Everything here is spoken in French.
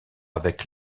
avec